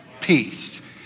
peace